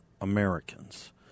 Americans